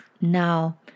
Now